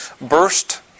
burst